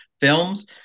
films